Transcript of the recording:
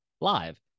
live